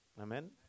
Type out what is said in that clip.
Amen